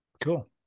Cool